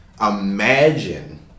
Imagine